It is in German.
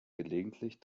gelegentlich